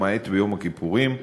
למעט ביום הכיפורים.